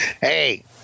Hey